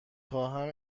خواهم